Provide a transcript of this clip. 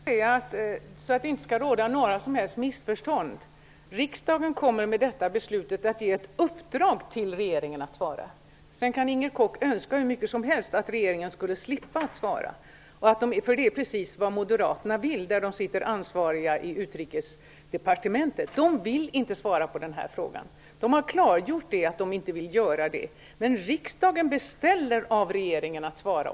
Herr talman! För att det inte skall råda några som helst missförstånd vill jag säga följande. Riksdagen kommer med detta beslut att ge regeringen i uppdrag att svara. Sedan kan Inger Koch önska hur mycket som helst att regeringen skulle slippa att svara. Det är precis vad moderaterna vill, där de sitter ansvariga i Utrikesdepartementet. De vill inte svara på den här frågan. De har klargjort att de inte vill göra det. Men riksdagen beställer av regeringen att svara.